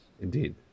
Indeed